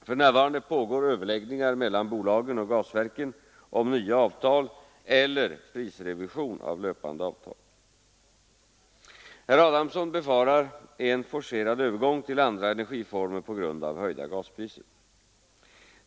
För närvarande pågår överläggningar mellan bolagen och gasverken om nya avtal eller prisrevision av löpande avtal. Herr Adamsson befarar en forcerad övergång till andra energiformer på grund av höjda gaspriser.